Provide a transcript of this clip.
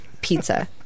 pizza